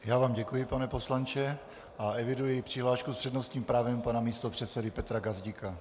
Já vám děkuji, pane poslanče, a eviduji přihlášku s přednostním právem pana místopředsedy Petra Gazdíka.